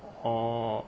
orh